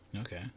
Okay